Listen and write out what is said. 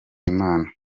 imana